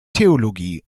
theologie